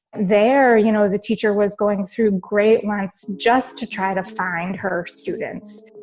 there, you know, the teacher was going through great minutes just to try to find her students